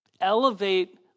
elevate